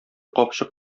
капчык